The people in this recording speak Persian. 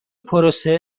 پروسه